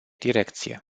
direcție